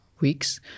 weeks